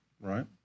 Right